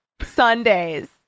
Sundays